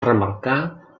remarcar